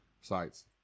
sites